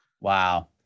Wow